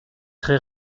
très